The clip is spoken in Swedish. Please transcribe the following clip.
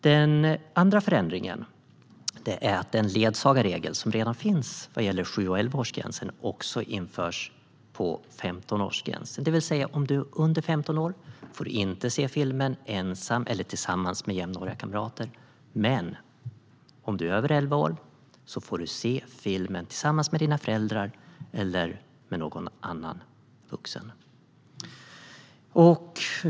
Den andra förändringen är att den ledsagarregel som redan finns vad gäller sju och elvaårsgränserna också införs för femtonårsgränsen. Det vill säga att den som är under femton år inte får se filmen ensam eller tillsammans med jämnåriga kamrater, men den som är över elva år får se filmen tillsammans med sina föräldrar eller någon annan vuxen.